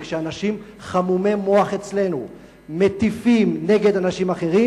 וכשאנשים חמומי מוח אצלנו מטיפים נגד אנשים אחרים,